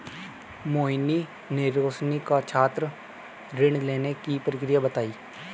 मोहिनी ने रोशनी को छात्र ऋण लेने की प्रक्रिया बताई